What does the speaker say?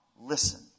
listen